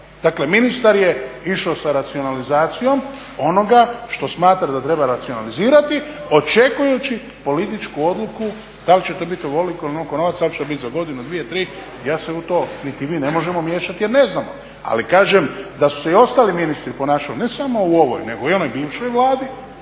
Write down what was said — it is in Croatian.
Dakle, ministar je išao sa racionalizacijom onoga što smatra da treba racionalizirati očekujući političku odluku da li će to biti ovoliko ili onoliko novaca, da li će biti za godinu, dvije, tri ja se u to niti vi ne možemo miješati jer ne znamo. Ali kažem da su se i ostali ministri ponašali ne samo u ovoj nego i u onoj bivšoj Vladi